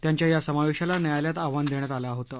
त्यांच्या या समावेशाला न्यायालयात आव्हान देण्यात आलं होतं